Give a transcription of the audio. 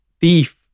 thief